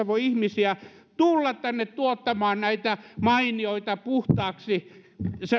voi ihmisiä tulla tänne tuottamaan näitä mainioita puhtaaksi